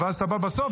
ואז אתה בא בסוף,